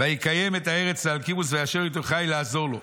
"ויקיים את הארץ לאלקימוס ויישאר איתו חיל לעזר לו.